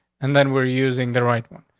and then we're using the right one.